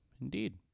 Indeed